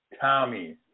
Tommy